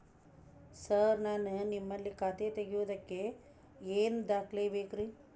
Sir ನಾನು ನಿಮ್ಮಲ್ಲಿ ಖಾತೆ ತೆರೆಯುವುದಕ್ಕೆ ಏನ್ ದಾಖಲೆ ಬೇಕ್ರಿ?